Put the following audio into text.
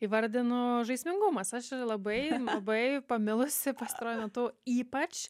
įvardinu žaismingumas aš labai labai pamilusi pastaruoju metu ypač